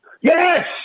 Yes